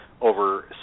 over